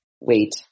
wait